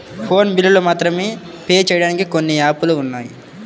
phone బిల్లులు మాత్రమే pay చెయ్యడానికి కొన్ని యాపులు ఉన్నాయి